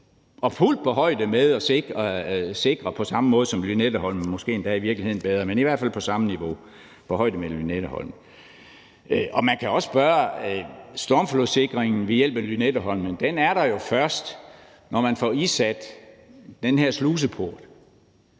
var fuldt på højde med at sikre byen på samme måde som Lynetteholmen og måske endda i virkeligheden bedre. Det var i hvert fald på samme niveau, altså på højde med Lynetteholmen. Man kan også sige, at stormflodssikringen ved hjælp af Lynetteholmen først er der, når man får indsat den her sluseport,